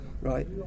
Right